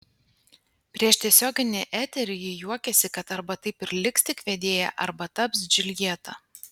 prieš tiesioginį eterį ji juokėsi kad arba taip ir liks tik vedėja arba taps džiuljeta